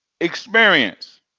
experience